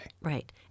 Right